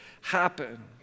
happen